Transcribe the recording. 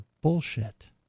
bullshit